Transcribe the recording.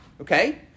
Okay